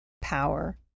power